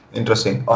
Interesting